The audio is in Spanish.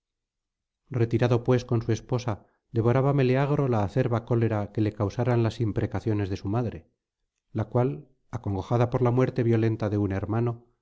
retirado pues con su esposa devoraba meleagro la acerba cólera que le causaran las imprecaciones de su madre la cual acongojada por la muerte violenta de un hermano